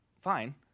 Fine